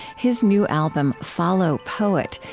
his new album, follow, poet,